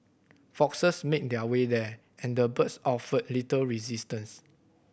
foxes made their way there and the birds offered little resistance